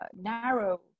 narrow